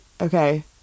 Okay